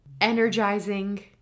energizing